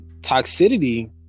toxicity